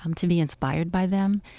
um to be inspired by them.